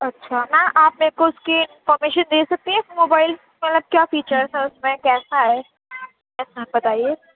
اچھا میم آپ میرے کو اُس کی انفارمیشن دے سکتی ہیں اِس موبائل مطلب کیا فیچرز ہیں اُس میں کیسا ہے یس میم بتائیے